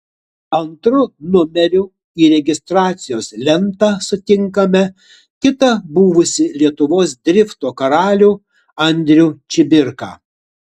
antru numeriu į registracijos lentą sutinkame kitą buvusį lietuvos drifto karalių andrių čibirką